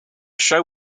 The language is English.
show